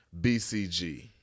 BCG